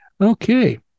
Okay